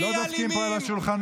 לא דופקים פה על שולחנות.